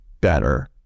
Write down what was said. better